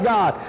God